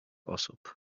osób